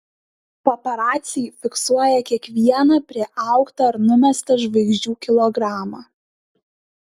paparaciai fiksuoja kiekvieną priaugtą ar numestą žvaigždžių kilogramą